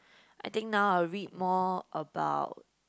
I think now I'll read more about